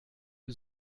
die